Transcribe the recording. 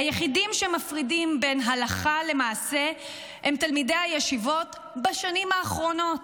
היחידים שמפרידים בין הלכה למעשה הם תלמידי הישיבות בשנים האחרונות.